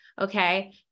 okay